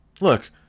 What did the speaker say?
look